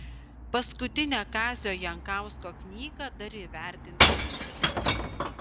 paskutinę kazio jankausko knygą dar įvertins kritikai